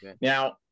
now